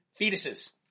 fetuses